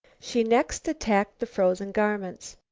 she next attacked the frozen garments.